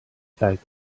fact